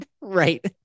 Right